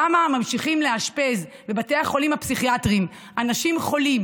למה ממשיכים לאשפז בבתי החולים הפסיכיאטריים אנשים חולים